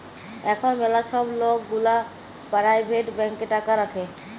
এখল ম্যালা ছব লক গুলা পারাইভেট ব্যাংকে টাকা রাখে